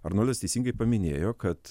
arnoldas teisingai paminėjo kad